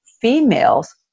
females